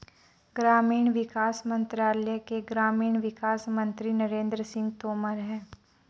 ग्रामीण विकास मंत्रालय के ग्रामीण विकास मंत्री नरेंद्र सिंह तोमर है